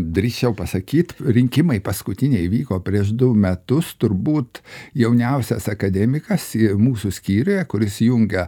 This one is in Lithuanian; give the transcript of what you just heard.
drįsčiau pasakyt rinkimai paskutiniai įvyko prieš du metus turbūt jauniausias akademikas mūsų skyriuje kuris jungia